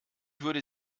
würde